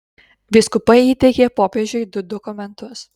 vyskupai įteikė popiežiui du dokumentus